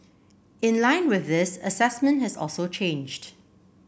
in line with this assessment has also changed